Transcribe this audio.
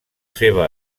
seva